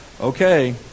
Okay